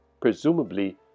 presumably